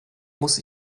muss